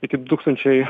iki du tūkstančiai